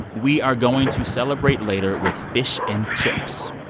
we are going to celebrate later with fish and chips.